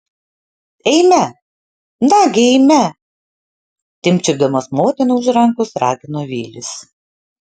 eime nagi eime timpčiodamas motiną už rankos ragino vilis